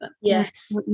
Yes